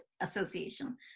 association